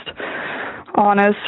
honest